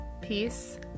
Peace